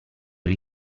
gli